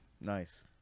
Nice